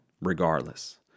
regardless